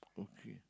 okay